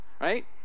Right